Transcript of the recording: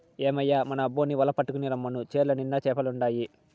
ఏమయ్యో మన అబ్బోన్ని వల పట్టుకు రమ్మను చెర్ల నిండుగా చేపలుండాయి